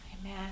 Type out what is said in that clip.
Amen